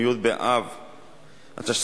בהתאם